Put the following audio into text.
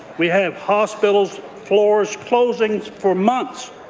we have hospital floors closing for months,